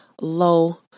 low